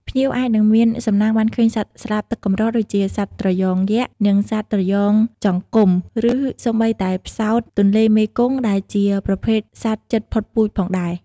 ភ្ញៀវអាចនឹងមានសំណាងបានឃើញសត្វស្លាបទឹកកម្រ ដូចជាសត្វត្រយ៉ងយក្ស និងសត្វត្រយ៉ងចង្កុំ ឬសូម្បីតែផ្សោតទន្លេមេគង្គ ដែលជាប្រភេទសត្វជិតផុតពូជផងដែរ។